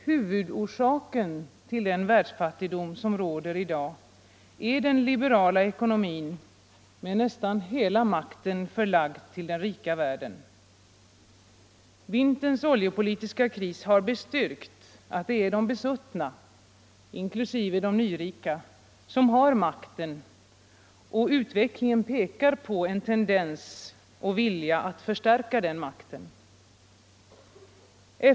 Huvudorsaken till den världsfattigdom som råder i dag är den liberala ekonomin med nästan hela makten förlagd till den rika världen. Vinterns oljepolitiska kris har bestyrkt att det är de besuttna, inklusive de nyrika, som har makten, och utvecklingen pekar på en tendens att vilja förstärka den makten.